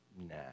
Nah